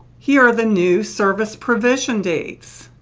here are the new service provision dates.